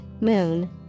moon